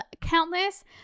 countless